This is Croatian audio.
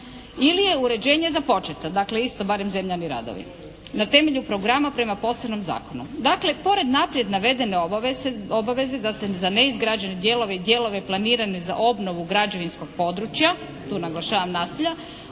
ili je uređenje započeto. Dakle, isto barem zemljani radovi na temelju programa prema posebnom zakonu. Dakle, pored naprijed navedene obaveze da se za neizgrađene dijelove i dijelove planirane za obnovu građevinskog područja, tu naglašavam naselja